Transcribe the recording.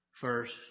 first